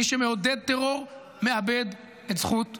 מי שמעודד טרור, מאבד את זכות קיומו.